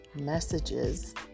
messages